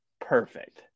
perfect